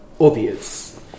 obvious